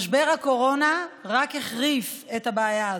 משבר הקורונה רק החריף את הבעיה הזאת.